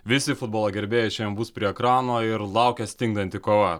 visi futbolo gerbėjai šiandien bus prie ekrano ir laukia stingdanti kova